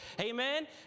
Amen